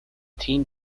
team